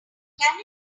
can